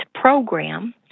program